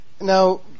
Now